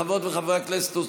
חברות וחברי הכנסת,